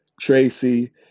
Tracy